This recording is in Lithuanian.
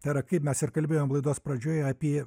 tai yra kaip mes ir kalbėjom laidos pradžioje apie